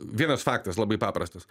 vienas faktas labai paprastas